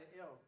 else